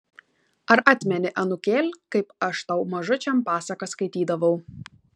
ar atmeni anūkėl kaip aš tau mažučiam pasakas skaitydavau